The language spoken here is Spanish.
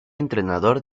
entrenador